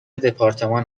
دپارتمان